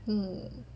mm